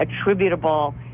attributable